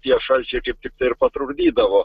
tie šalčiai kaip tiktai ir patrukdydavo